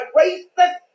racist